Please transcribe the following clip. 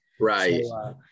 right